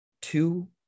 two